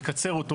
לקצר אותו,